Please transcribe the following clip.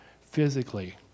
physically